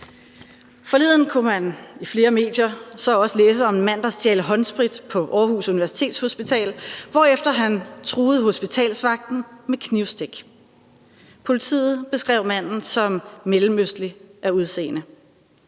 Forleden kunne man i flere medier så også læse om en mand, der stjal håndsprit på Aarhus Universitetshospital, hvorefter han truede hospitalsvagten med knivstik. Politiet beskrev manden som mellemøstlig af udseende.